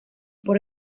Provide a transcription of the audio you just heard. por